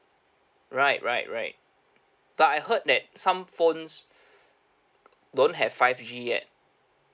right right right but I heard that some phones don't have five g at